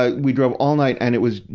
ah we drove all night, and it was,